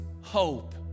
hope